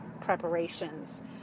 preparations